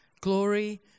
Glory